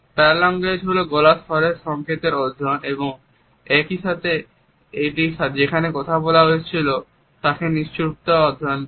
পারা ল্যাঙ্গুয়েজ হল গলার স্বরের সংকেতের অধ্যয়ন এবং একই সাথে এটি যেখানে কথা বলা উচিত ছিল তার নিশ্চুপতাকে অধ্যয়ন করে